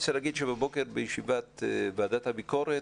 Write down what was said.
בישיבת ועדת הביקורת